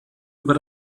über